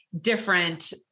different